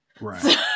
Right